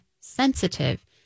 sensitive